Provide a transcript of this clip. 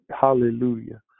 Hallelujah